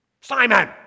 Simon